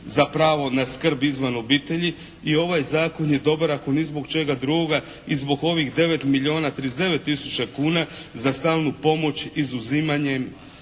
za pravo na skrb izvan obitelji i ovaj zakon je dobar ako ni zbog čega drugoga i zbog ovih 9 milijuna 39 tisuća kuna za stalnu pomoć izuzimanjem